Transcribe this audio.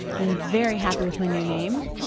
and i'm very happy with my new name.